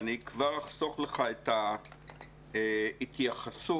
אחסוך לך את ההתייחסות,